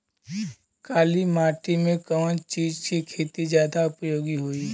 काली माटी में कवन चीज़ के खेती ज्यादा उपयोगी होयी?